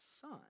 son